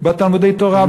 בתלמודי-תורה,